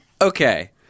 Okay